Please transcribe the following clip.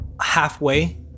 halfway